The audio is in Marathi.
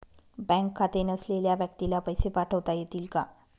बँक खाते नसलेल्या व्यक्तीला पैसे पाठवता येतील का?